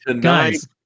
Guys